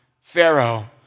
Pharaoh